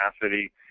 capacity